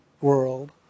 world